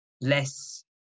less